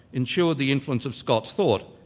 ensured the influence of scots thought.